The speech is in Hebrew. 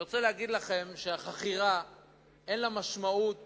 אני רוצה להגיד לכם שהחכירה אין לה משמעות